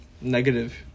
negative